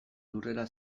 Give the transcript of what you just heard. lurrera